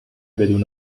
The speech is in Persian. بدون